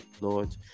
Lord